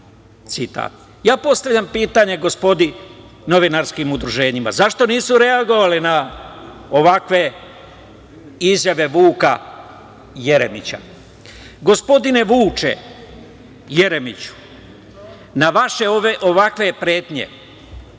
postavljam pitanje gospodi novinarskim udruženjima - zašto nisu reagovali na ovakve izjave Vuka Jeremića? Gospodine Vuče Jeremiću, na vaše ovakve pretnje